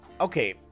okay